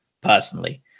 personally